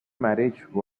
marriage